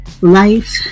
life